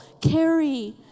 carry